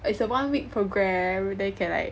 it's a one week program then can like